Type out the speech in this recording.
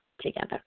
together